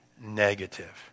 negative